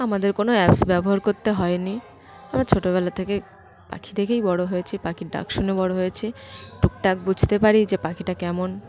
আমাদের কোনো অ্যাপস ব্যবহার করতে হয়নি আমরা ছোটবেলা থেকে পাখি দেখেই বড় হয়েছি পাখির ডাক শুনে বড় হয়েছি টুকটাক বুঝতে পারি যে পাখিটা কেমন